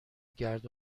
گرد